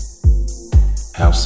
House